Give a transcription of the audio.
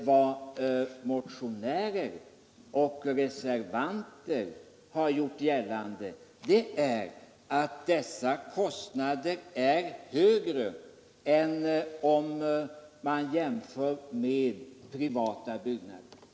Vad motionärer och reservanter gjort gällande är att dessa kostnader är högre än för privata byggnader.